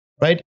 right